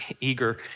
eager